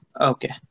Okay